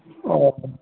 ꯑꯣ